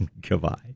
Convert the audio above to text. Goodbye